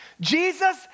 Jesus